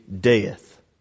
death